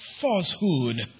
falsehood